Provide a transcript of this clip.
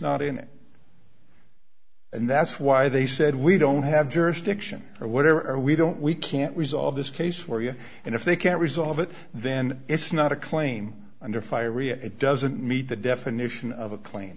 not in it and that's why they said we don't have jurisdiction or whatever we don't we can't resolve this case where you and if they can't resolve it then it's not a claim under fire it doesn't meet the definition of a